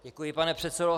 Děkuji, pane předsedo.